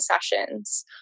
sessions